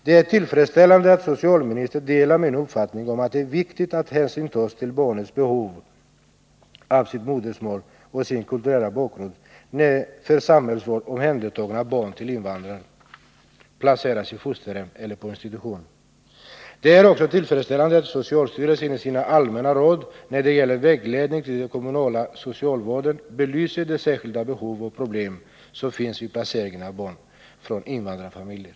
Det är tillfredsställande att socialministern delar min uppfattning om att det är viktigt att hänsyn tas till invandrarbarnens behov av att få undervisning i sitt modersmål och om sin kulturella bakgrund också när de omhändertas för samhällsvård och placeras i fosterhem eller på institution. Det är också tillfredsställande att socialstyrelsen i sina allmänna råd när det gäller vägledning till den kommunala socialvården belyser de särskilda behov som finns och de problem som uppstår vid sådan placering av barn från invandrarfamiljer.